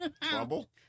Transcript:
Trouble